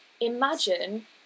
Imagine